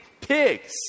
pigs